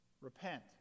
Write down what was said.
Repent